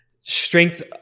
Strength